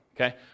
okay